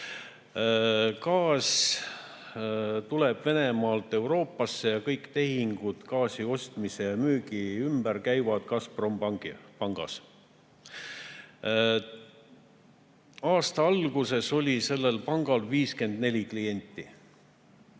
Gaas tuleb Venemaalt Euroopasse ja kõik tehingud gaasi ostmise ja müügi ümber käivad Gazprombankis. Aasta alguses oli sellel pangal 54 klienti.